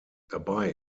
dabei